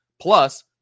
Plus